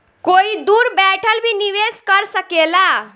कोई दूर बैठल भी निवेश कर सकेला